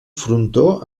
frontó